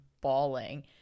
bawling